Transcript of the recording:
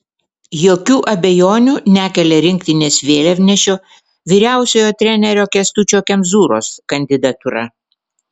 jokių abejonių nekelia rinktinės vėliavnešio vyriausiojo trenerio kęstučio kemzūros kandidatūra